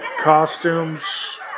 costumes